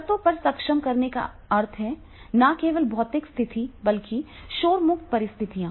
शर्तों को सक्षम करने का अर्थ है कि न केवल भौतिक स्थिति बल्कि शोर मुक्त परिस्थितियां